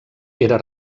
era